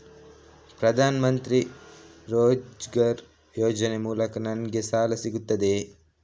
ಪ್ರದಾನ್ ಮಂತ್ರಿ ರೋಜ್ಗರ್ ಯೋಜನೆ ಮೂಲಕ ನನ್ಗೆ ಸಾಲ ಸಿಗುತ್ತದೆಯೇ?